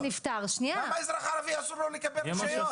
למה אזרח ערבי, אסור לו לקבל רישיון?